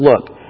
look